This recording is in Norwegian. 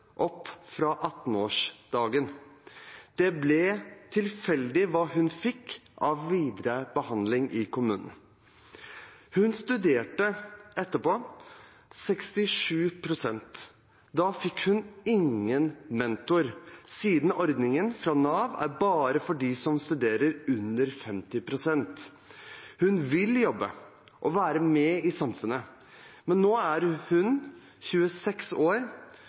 opp fra 18-årsdagen – det ble tilfeldig hva hun fikk av videre behandling i kommunen. Hun studerte etterpå 67 pst., men da fikk hun ingen mentor, siden ordningen fra Nav bare er for dem som studerer under 50 pst. Hun vil jobbe og være med i samfunnet, men nå er hun 26 år,